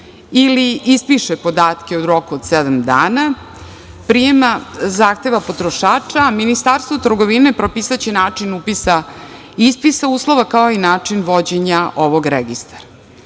ili ispiše podatke u roku od sedam dana prijema zahteva potrošača, a Ministarstvo trgovine propisaće način upisa i ispisa uslova, kao i način vođenja ovog registra. Čak